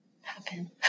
happen